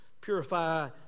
Purify